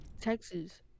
Texas